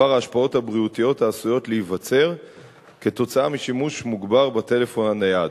בדבר ההשפעות הבריאותיות העשויות להיווצר משימוש מוגבר בטלפון הנייד,